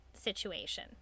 situation